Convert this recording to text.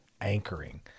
anchoring